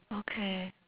okay